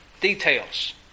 details